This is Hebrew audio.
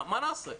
מה נעשה?